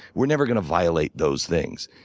we're never going to violate those things.